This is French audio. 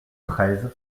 treize